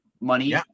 Money